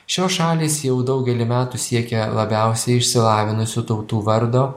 šios šalys jau daugelį metų siekia labiausiai išsilavinusių tautų vardo